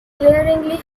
glaringly